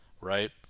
right